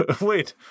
Wait